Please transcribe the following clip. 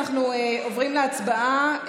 אנחנו עוברים להצבעה,